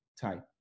type